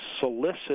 solicit